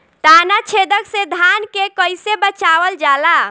ताना छेदक से धान के कइसे बचावल जाला?